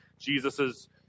Jesus's